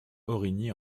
origny